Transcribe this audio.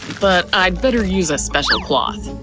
but i'd better use a special cloth.